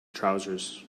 trousers